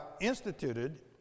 instituted